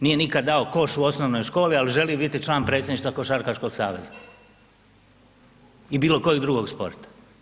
Nije nikad dao koš u osnovnoj školi, ali želi biti član predsjedništva košarkaškog saveza ili bilo kojeg drugog sporta.